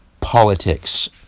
politics